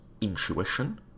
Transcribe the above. intuition